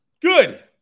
Good